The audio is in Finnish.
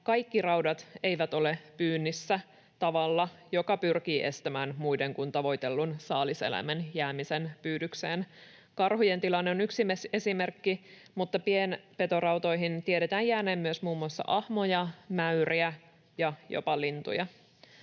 kaikki raudat eivät ole pyynnissä tavalla, joka pyrkii estämään muiden kuin tavoitellun saaliseläimen jäämisen pyydykseen. Karhujen tilanne on yksi esimerkki, mutta pienpetorautoihin tiedetään jääneen myös muun muassa ahmoja, mäyriä ja jopa lintuja.